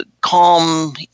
calm